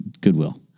Goodwill